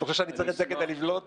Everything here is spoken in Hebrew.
אתה חושב שאני צועק את זה כדי לבלוט?